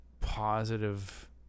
positive